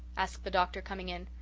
asked the doctor, coming in.